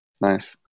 Nice